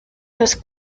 los